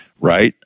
right